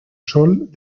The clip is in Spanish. sol